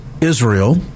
Israel